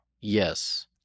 yes